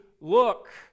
look